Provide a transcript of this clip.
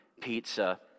pizza